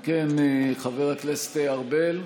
אם כן, חבר הכנסת ארבל?